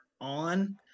on